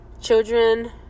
children